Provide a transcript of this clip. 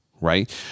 right